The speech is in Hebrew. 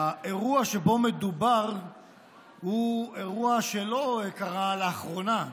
האירוע שבו מדובר הוא אירוע שלא קרה לאחרונה,